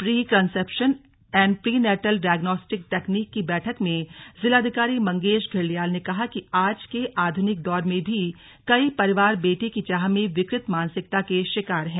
pre conception and prenatal diagnostic technique की बैठक में जिलाधिकारी मंगेश घिल्डियाल ने कहा कि आज के आधुनिक दौर में भी कई परिवार बेटे की चाह में विकृत मानसिकता के शिकार हैं